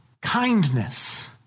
kindness